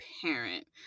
parent